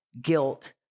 guilt